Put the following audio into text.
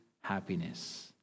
happiness